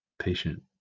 patient